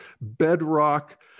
bedrock